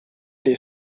les